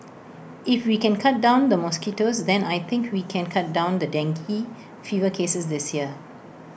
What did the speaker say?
if we can cut down the mosquitoes then I think we can cut down the dengue fever cases this year